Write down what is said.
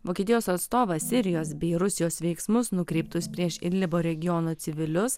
vokietijos atstovas sirijos bei rusijos veiksmus nukreiptus prieš idlibo regioną civilius